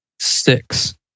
six